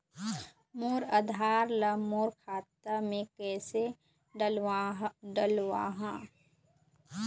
मोर आधार ला मोर खाता मे किसे डलवाहा?